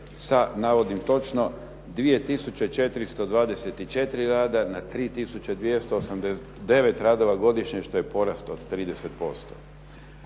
sa, navodim točno, 2 424 rada na 3 289 radova godišnje, što je porast od 30%.